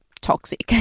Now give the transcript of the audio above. toxic